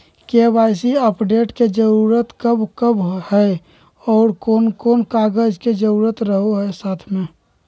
KYC update के जरूरत कब कब है और कौन कौन कागज के जरूरत रहो है साथ में?